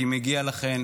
כי מגיעה לכן,